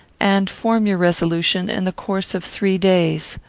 and form your resolution in the course of three days.